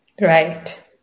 Right